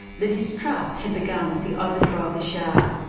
the distrust had begun with the overthrow of the shah,